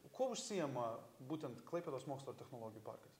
kuo užsiėma būtent klaipėdos mokslo ir technologijų parkas